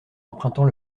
empruntant